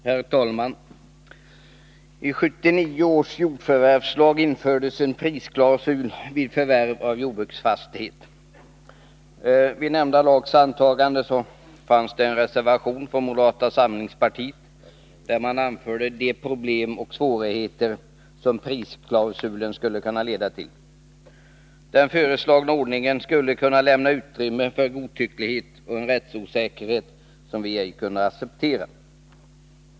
Herr talman! I 1979 års jordförvärvslag infördes en prisklausul vid förvärv av jordbruksfastighet. När nämnda lag antogs förelåg en reservation från moderata samlingspartiet, där vi anförde de problem och svårigheter som prisklausulen skulle kunna leda till. Den föreslagna ordningen skulle kunna lämna utrymme för godtycklighet och en rättsosäkerhet som vi ej kunde acceptera.